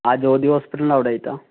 ആ ജ്യോതി ഹോസ്പിറ്റലിൻ്റെ അവിടെ ആയിട്ടാണോ